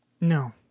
no